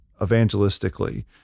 evangelistically